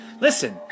Listen